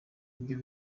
ivyo